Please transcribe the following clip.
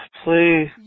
please